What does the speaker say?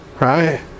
right